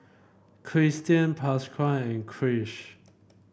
Kristian Pasquale and Krish